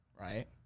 right